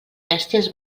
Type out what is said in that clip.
bèsties